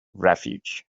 refuge